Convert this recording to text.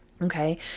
Okay